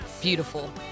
Beautiful